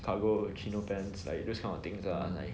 cargo chino pants like those kind of things lah like